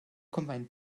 combined